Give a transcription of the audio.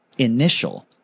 initial